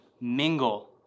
mingle